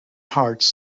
hearts